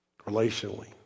Relationally